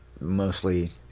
mostly